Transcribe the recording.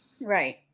Right